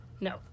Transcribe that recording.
No